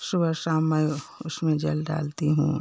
शुबह शाम मैं उसमें जल डालती हूँ